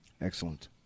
Excellent